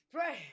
Pray